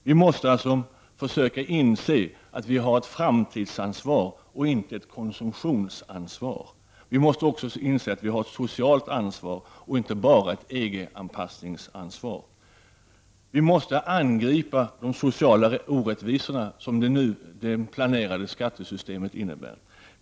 Vi måste alltså försöka inse att vi har ett framtidsansvar, inte ett konsumtionsansvar. Vi måste också inse att vi har ett socialt ansvar, inte bara ett EG-anpassningsansvar. Vi måste angripa de sociala orättvisor som det nu planerade skattesystemet innebär.